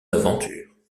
aventures